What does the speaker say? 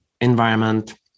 environment